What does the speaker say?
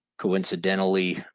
Coincidentally